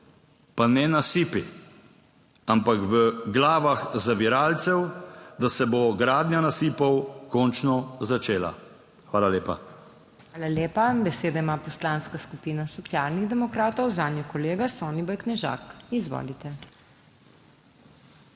pa ne nasipi, ampak v glavah zaviralcev, da se bo gradnja nasipov končno začela. Hvala lepa. PODPREDSEDNICA MAG. MEIRA HOT: Hvala lepa. Besedo ima Poslanska skupina Socialnih demokratov, zanjo kolega Soniboj Knežak. Izvolite.